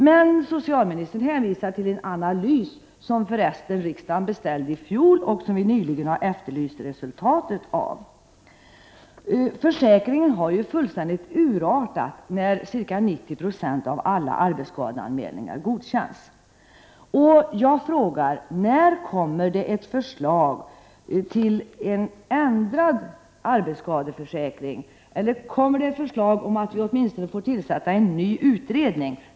Men socialministern hänvisar till en analys som pågår inom regeringskansliet, som förresten beställdes av riksdagen i fjol och som vi nyligen efterlyste resultatet av. Försäkringen har fullständigt urartat, när ca 90 96 av alla arbetsskadeanmälningar godkänns. När kommer ett förslag till ändring av arbetsskadeförsäkringen eller åtminstone en ny utredning?